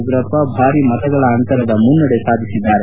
ಉಗ್ರಪ್ಪ ಭಾರಿ ಮತಗಳ ಅಂತರದ ಮುನ್ನಡೆ ಸಾಧಿಸಿದ್ದಾರೆ